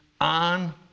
on